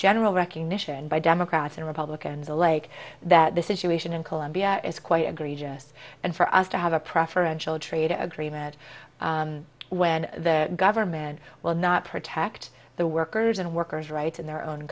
general recognition by democrats and republicans alike that the situation in colombia is quite agree just and for us to have a preferential trade agreement when the government will not protect the workers and workers rights in their own